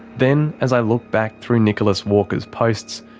then, as i look back through nicholas walker's posts,